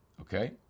okay